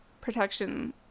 protection